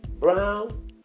brown